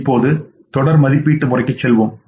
இப்போது தொடர் மதிப்பீட்டு முறைக்கு செல்வோம்